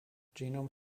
genome